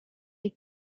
est